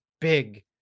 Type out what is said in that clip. big